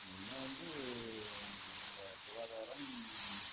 மெயினாக வந்து இந்த சுகாதாரம்